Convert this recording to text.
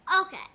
Okay